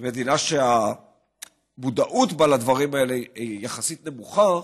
מדינה שהמודעות בה לדברים האלה נמוכה יחסית,